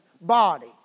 body